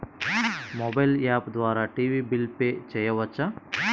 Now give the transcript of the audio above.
Mobile app ద్వారా TV bill pay చేయవచ్చా?